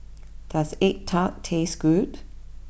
does Egg Tart taste good